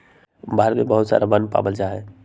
भारत में बहुत से वन पावल जा हई